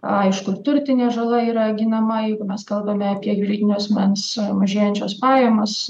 aišku turtinė žala yra ginama jeigu mes kalbame apie juridinio asmens mažėjančias pajamas